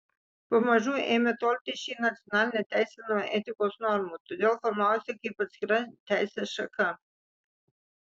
pamažu ėmė tolti ši nacionalinė teisė nuo etikos normų todėl formavosi kaip atskira teisės šaka